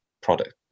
product